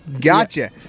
Gotcha